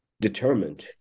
determined